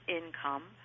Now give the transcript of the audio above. income